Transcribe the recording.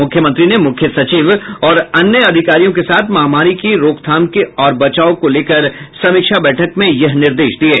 मुख्यमंत्री ने मुख्य सचिव और अन्य अधिकारियों के साथ महामारी की रोकथाम और बचाव को लेकर समीक्षा बैठक में यह निर्देश दिये